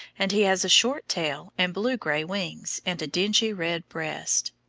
and he has a short tail and blue-grey wings and a dingy red breast.